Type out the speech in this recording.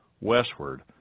westward